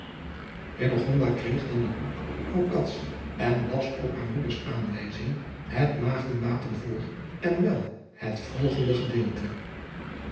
kreeg dan het boek van cats en las op haar moeders aanwijzing het maagdenwapen voor en wel het volgende gedeelte